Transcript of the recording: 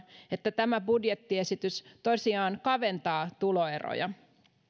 että tämä budjettiesitys tosiaan kaventaa tuloeroja